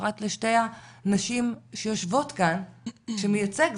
פרט לשתי הנשים שיושבות כאן שמייצג,